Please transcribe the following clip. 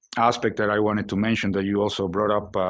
aspect that i wanted to mention that you also brought up